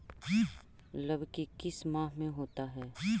लव की किस माह में होता है?